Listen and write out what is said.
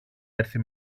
έρθει